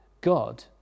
God